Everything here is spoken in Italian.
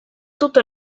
tutto